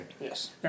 Yes